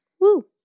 Woo